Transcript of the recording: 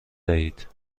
دهید